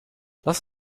lass